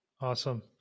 Awesome